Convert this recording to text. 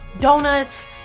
donuts